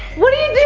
what are you